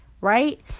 right